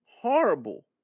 horrible